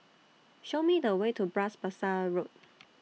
Show Me The Way to Bras Basah Road